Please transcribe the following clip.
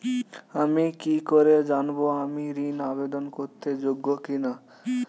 আমি কি করে জানব আমি ঋন আবেদন করতে যোগ্য কি না?